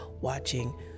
watching